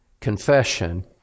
confession